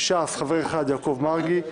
ש"ס חבר אחד: יעקב מרגי,